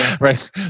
right